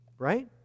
Right